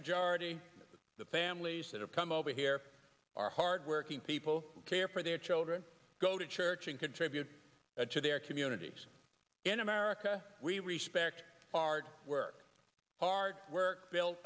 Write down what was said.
majority of the families that have come over here are hardworking people who care for their children go to church and contribute to their communities in america we respect our work hard work